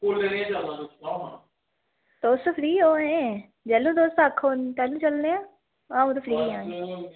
कोह्लै जेही चलना तुस सनाओ तुस फ्री ओ जैह्लूं तुस आक्खो तैह्लूं चलने आं आओ ते सेही